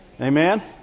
Amen